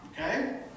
Okay